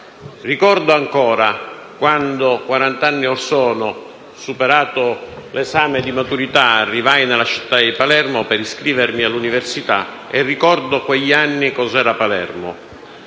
Ricordo ancora quando, quarant'anni orsono, superato l'esame di maturità, arrivai nella città di Palermo per iscrivermi all'università. Ricordo cos'era Palermo